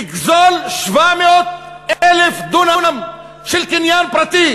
לגזול 700,000 דונם של קניין פרטי